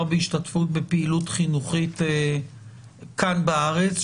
בהשתתפות בפעילות חינוכית כאן בארץ,